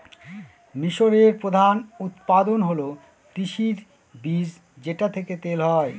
মিশরের প্রধান উৎপাদন হল তিসির বীজ যেটা থেকে তেল হয়